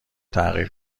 تغییر